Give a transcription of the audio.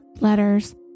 letters